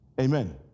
Amen